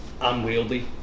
unwieldy